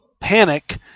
panic